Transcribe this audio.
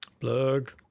Plug